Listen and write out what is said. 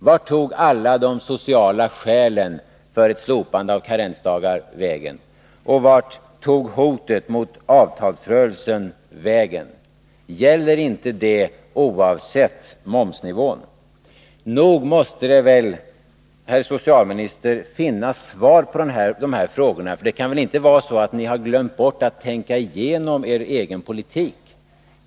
Vart tog alla de sociala skälen för ett slopande av karensdagar vägen? Och vart tog hotet mot avtalsrörelsen vägen? Gäller inte det oavsett momsnivån? Nog måste det, herr socialminister, finnas svar på de här frågorna, för det kan väl inte vara så, att ni har glömt bort att tänka igenom er egen politik?